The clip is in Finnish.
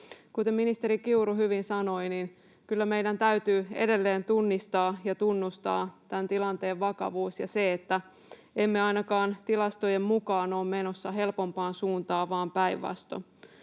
kuten ministeri Kiuru hyvin sanoi, kyllä meidän täytyy edelleen tunnistaa ja tunnustaa tämän tilanteen vakavuus ja se, että emme ainakaan tilastojen mukaan ole menossa helpompaan suuntaan, vaan päinvastoin.